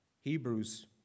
Hebrews